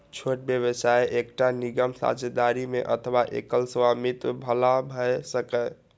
छोट व्यवसाय एकटा निगम, साझेदारी मे अथवा एकल स्वामित्व बला भए सकैए